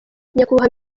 nyakubahwa